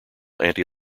anti